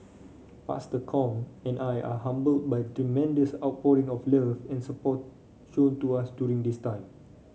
Pastor Kong and I are humbled by the tremendous outpouring of love and support shown to us during this time